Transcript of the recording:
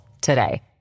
today